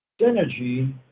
Synergy